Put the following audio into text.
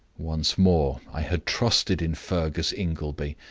once more i had trusted in fergus ingleby,